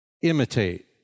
imitate